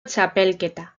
txapelketa